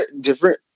different